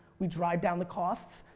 we drive down the costs.